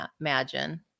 imagine